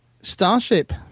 Starship